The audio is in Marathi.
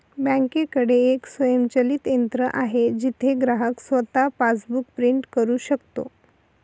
बँकेकडे एक स्वयंचलित यंत्र आहे जिथे ग्राहक स्वतः पासबुक प्रिंट करू शकतो